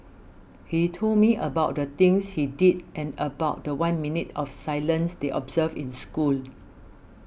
he told me about the things he did and about the one minute of silence they observed in school